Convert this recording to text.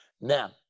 Now